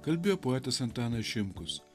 kalbėjo poetas antanas šimkus